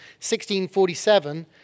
1647